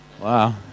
Wow